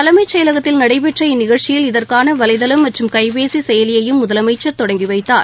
தலைமை செயலகத்தில் நடைபெற்ற இந்நிகழ்ச்சியில் இதற்கான வளைதளம் மற்றும் கைப்பேசி செயலியையும் முதலமைச்சர் தொடங்கி வைத்தார்